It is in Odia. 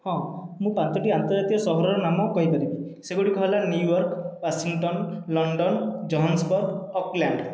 ହଁ ମୁଁ ପାଞ୍ଚଟି ଆନ୍ତର୍ଜାତୀୟ ସହରର ନାମ କହିପାରିବି ସେଗୁଡ଼ିକ ହେଲା New York Washington London Johannesburg Auckland